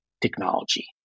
technology